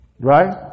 Right